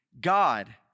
God